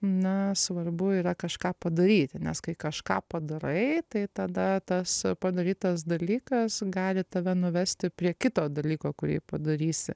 na svarbu yra kažką padaryti nes kai kažką padarai tai tada tas padarytas dalykas gali tave nuvesti prie kito dalyko kurį padarysi